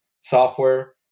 software